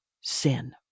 sin